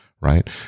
right